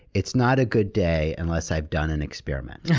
it's not a good day unless i've done an experiment. yeah